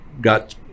got